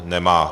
Nemá.